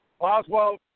Boswell